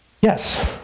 yes